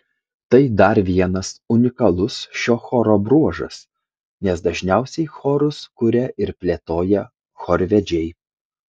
tai dar vienas unikalus šio choro bruožas nes dažniausiai chorus kuria ir plėtoja chorvedžiai